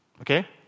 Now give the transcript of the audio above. okay